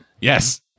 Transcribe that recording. Yes